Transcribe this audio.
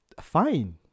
Fine